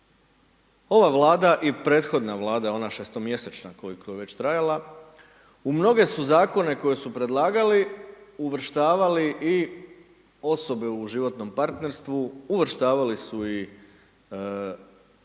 ova Vlada i prethodna Vlada, ona šesto mjesečna koliko je već trajala, u mnoge su Zakone koje su predlagali, uvrštavali i osobe u životnom partnerstvu, uvrštavali su i životne